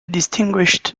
distinguished